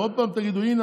ועוד פעם תגידו: הינה,